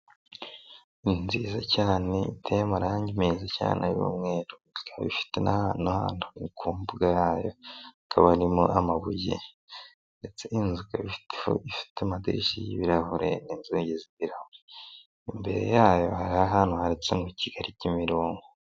Ni nziza cyane iteye amarangi meza cyane y'umweru, ikaba ifite n'ahantu ku mbuga yayo hakaba harimo amabuye, ndetse inzu ifite amadishya y'ibirahure n'inzugi zi imbere yayo hari ahantu handitse ngo Kigali Kimironko.